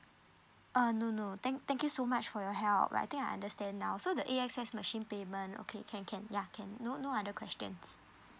uh no no thank thank you so much for your help but I think I understand now so the A_X_S machine payment okay can can yeah can no no other questions